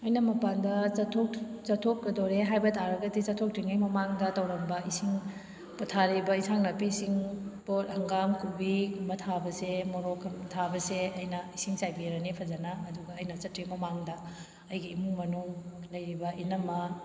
ꯑꯩꯅ ꯃꯄꯥꯟꯗ ꯆꯠꯊꯣꯛꯀꯗꯣꯔꯦ ꯍꯥꯏꯕ ꯇꯥꯔꯒꯗꯤ ꯆꯠꯊꯣꯛꯇ꯭ꯔꯤꯉꯩ ꯃꯃꯥꯡꯗ ꯇꯧꯔꯝꯕ ꯏꯁꯤꯡ ꯄꯣꯠ ꯊꯥꯔꯤꯕ ꯌꯦꯟꯁꯥꯡ ꯅꯥꯄꯤꯁꯤꯡ ꯄꯣꯠ ꯍꯪꯒꯥꯝ ꯀꯣꯕꯤꯒꯨꯝꯕ ꯊꯥꯕꯁꯦ ꯃꯔꯣꯛꯀ ꯊꯥꯕꯁꯦ ꯑꯩꯅ ꯏꯁꯤꯡ ꯆꯥꯏꯕꯤꯔꯅꯤ ꯐꯖꯅ ꯑꯗꯨꯒ ꯑꯩꯅ ꯆꯠꯇ꯭ꯔꯤꯉꯩ ꯃꯃꯥꯡꯗ ꯑꯩꯒꯤ ꯏꯃꯨꯡ ꯃꯅꯨꯡ ꯂꯩꯔꯤꯕ ꯏꯅꯝꯃ